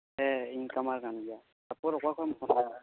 ᱦᱮᱸ ᱤᱧ ᱠᱟᱢᱟᱨ ᱠᱟᱱ ᱜᱮᱭᱟ ᱛᱟᱯᱚᱨ ᱚᱠᱟ ᱠᱷᱚᱱ ᱮᱢ ᱯᱳᱱ ᱠᱟᱫᱟ